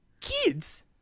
kids